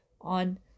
on